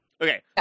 Okay